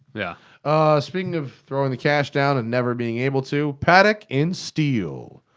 yeah speaking of throwing the cash down, and never being able to patek in steel.